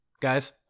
guys